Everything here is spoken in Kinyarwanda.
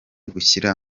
gushyira